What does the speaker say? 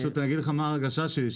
פשוט אני אגיד לך מה ההרגשה שלי.